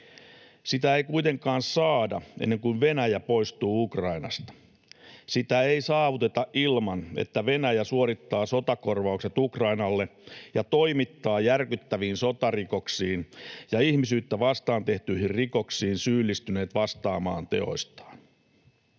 Sitä ei kuitenkaan saada ennen kuin Venäjä poistuu Ukrainasta. Sitä ei saavuteta ilman, että Venäjä suorittaa sotakorvaukset Ukrainalle ja toimittaa järkyttäviin sotarikoksiin ja ihmisyyttä vastaan tehtyihin rikoksiin syyllistyneet vastaamaan teoistaan.